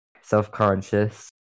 self-conscious